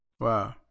Wow